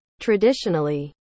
Traditionally